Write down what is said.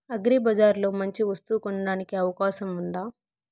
అగ్రిబజార్ లో మంచి వస్తువు కొనడానికి అవకాశం వుందా?